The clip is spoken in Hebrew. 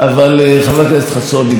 שמעתי את הנאום שלך,